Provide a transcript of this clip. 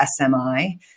SMI